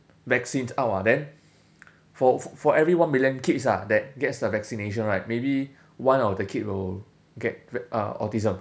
vaccines out ah then for for every one million kids ah that gets the vaccination right maybe one of the kid will get uh autism